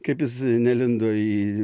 kaip jis nelindo į